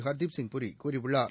her Deep Singh Puri கூறியுள்ளார்